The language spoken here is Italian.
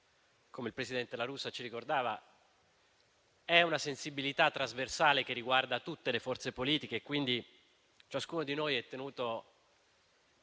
come il presidente La Russa ci ricordava - riscontra una sensibilità trasversale che riguarda tutte le forze politiche, per cui ciascuno di noi è tenuto